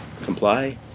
comply